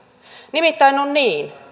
nimittäin on niin